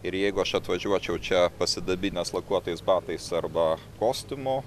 ir jeigu aš atvažiuočiau čia pasidabinęs lakuotais batais arba kostiumu